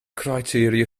criteria